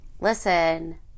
listen